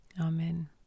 Amen